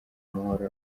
mahoro